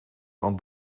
want